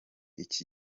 iki